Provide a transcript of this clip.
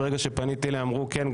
ברגע שפניתי אליהם הם אמרו: כן,